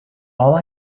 all